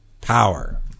Power